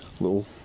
little